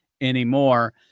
anymore